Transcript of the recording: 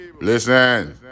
listen